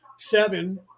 seven